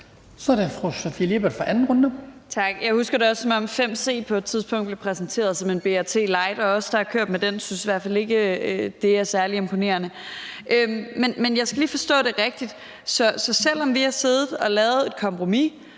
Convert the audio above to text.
Jeg husker det også, som om 5C på et tidspunkt blev præsenteret som en BRT-light, og os, der har kørt med den, synes i hvert fald ikke, det er særlig imponerende. Men jeg skal lige forstå det rigtigt. Så selv om vi har siddet og lavet et kompromis